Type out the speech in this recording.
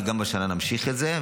וגם השנה נמשיך את זה.